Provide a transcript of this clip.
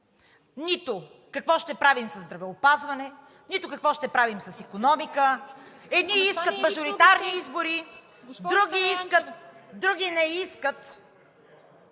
нито какво ще правим със здравеопазване, нито какво ще правим с икономика, едни искат мажоритарни избори, други не искат.